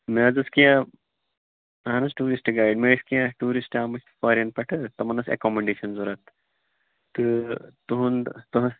مےٚ حظ ٲسۍ کیٚنٛہہ اہن حظ ٹوٗرِسٹ گایِڈ مےٚ ٲسۍ کیٚنٛہہ ٹوٗرِسٹ آمٕتۍ فارٮ۪ن پٮ۪ٹھٕ تِمَن ٲسۍ ایکاموڈیشن ضوٚرَتھ تہٕ تُہُنٛد تُہٕنز